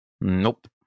Nope